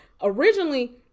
originally –